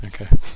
Okay